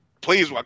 please